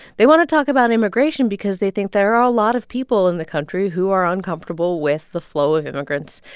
they want to talk about immigration because they think there are a lot of people in the country who are uncomfortable with the flow of immigrants,